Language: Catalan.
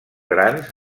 grans